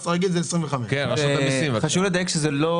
חשוב לדייק שזאת לא